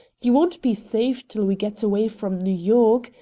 you won't be safe till we get away from new york.